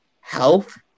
Health